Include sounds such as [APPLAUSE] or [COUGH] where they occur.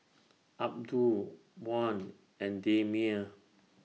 Abdul Wan [NOISE] and Damia